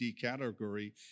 category